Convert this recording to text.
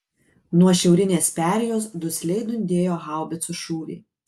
nuo šiaurinės perėjos dusliai dundėjo haubicų šūviai